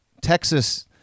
Texas